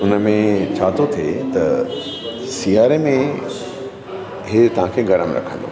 उन में छा थो थिए त सियारे में हीउ तव्हां खे गरम रखंदो